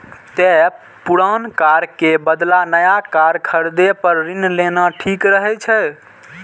तें पुरान कार के बदला नया कार खरीदै पर ऋण लेना ठीक रहै छै